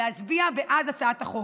להצביע בעד הצעת החוק,